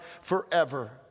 forever